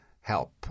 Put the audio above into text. help